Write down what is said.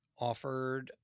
offered